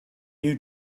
new